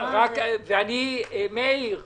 מאיר שפיגלר,